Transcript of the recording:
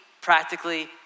practically